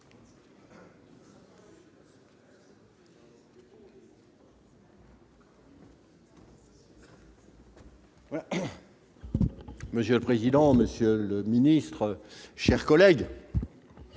Monsieur le président, monsieur le ministre, chers collègues,